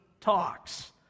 talks